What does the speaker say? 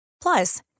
Plus